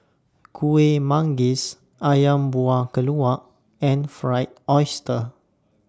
Kueh Manggis Ayam Buah Keluak and Fried Oyster